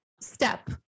step